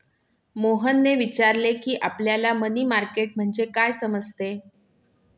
मोहनने विचारले की, आपल्याला मनी मार्केट म्हणजे काय समजते?